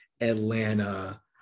Atlanta